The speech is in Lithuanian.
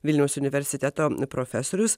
vilniaus universiteto profesorius